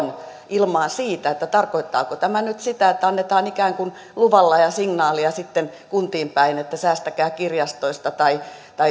ilmaan siitä tarkoittaako tämä nyt sitä että annetaan ikään kuin luvalla signaalia sitten kuntiin päin että säästäkää kirjastoista tai